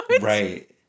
Right